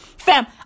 Fam